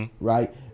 right